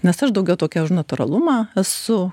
nes aš daugiau tokia už natūralumą esu